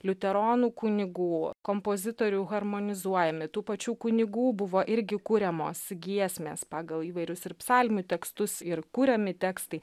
liuteronų kunigų kompozitorių harmonizuojami tų pačių kunigų buvo irgi kuriamos giesmės pagal įvairius ir psalmių tekstus ir kuriami tekstai